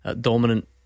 Dominant